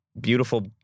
beautiful